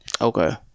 okay